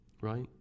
right